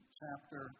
chapter